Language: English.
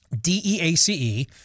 D-E-A-C-E